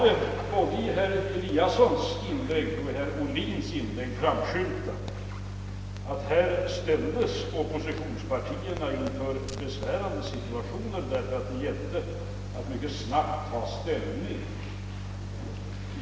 I både herr Eliassons och herr Ohlins inlägg har det framskymtat att oppositionspartierna försattes i en besvärande situation därför att det gällde att mycket snabbt ta ställning.